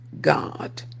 God